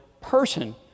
person